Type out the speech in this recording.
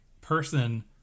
person